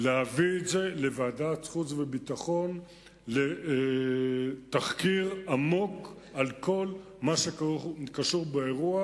להביא את זה לוועדת החוץ והביטחון לתחקיר עמוק על כל מה שקשור באירוע.